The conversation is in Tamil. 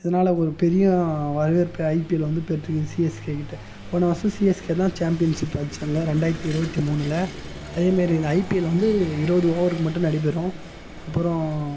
இதனால் ஒரு பெரிய வரவேற்பு ஐபிஎல் வந்து பெற்றுக்குது சிஎஸ்கேக்கிட்ட போன வருஷம் சிஎஸ்கே தான் சாம்பியன்ஷிப் அடிச்சாங்க ரெண்டாயிரத்தி இருபத்து மூணில் அதே மேரி இந்த ஐபிஎல் வந்து இருபது ஓவர் மட்டும் நடைபெறும் அப்புறம்